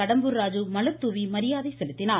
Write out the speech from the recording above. கடம்பூர் ராஜு மலர் தூவி மரியாதை செலுத்தினார்